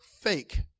fake